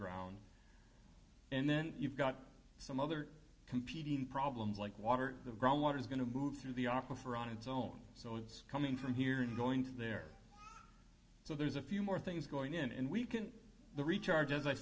ground and then you've got some other competing problems like water the groundwater is going to move through the opera for on its own so it's coming from here and going to there so there's a few more things going in and we can the recharge as i